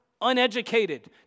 uneducated